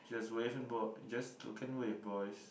just wave and just look and wave boys